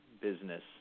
business